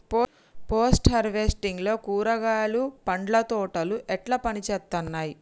Post harvesting లో కూరగాయలు పండ్ల తోటలు ఎట్లా పనిచేత్తనయ్?